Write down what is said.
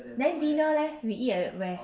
then dinner leh we eat at where